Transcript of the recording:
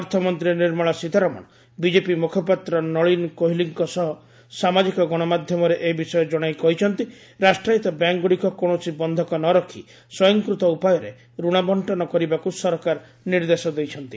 ଅର୍ଥମନ୍ତ୍ରୀ ନିର୍ମଳା ସୀତାରମଣ ବିଜେପି ମୁଖପାତ୍ର ନଳୀନ କୋହଲିଙ୍କ ସହ ସାମାଜିକ ଗଣମାଧ୍ୟମରେ ଏ ବିଷୟ ଜଣାଇ କହିଛନ୍ତି ରାଷ୍ଟ୍ରାୟତ ବ୍ୟାଙ୍କ୍ଗୁଡ଼ିକ କୌଣସି ବନ୍ଧକ ନ ରଖି ସ୍ୱୟଂକୃତ ଉପାୟରେ ଋଣ ବଣ୍ଟନ କରିବାକୁ ସରକାର ନିର୍ଦ୍ଦେଶ ଦେଇଛନ୍ତି